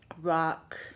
rock